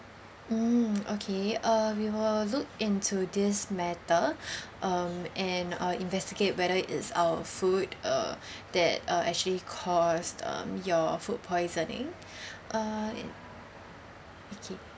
mm okay uh we will look into this matter um and uh investigate whether is our food uh that uh actually caused um your food poisoning uh okay